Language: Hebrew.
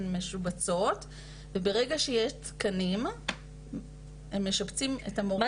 שהן משובצות וברגע שיש תקנים הם משבצים את המורות.